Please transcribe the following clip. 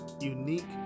unique